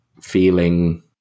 feeling